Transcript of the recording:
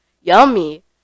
Yummy